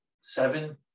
seven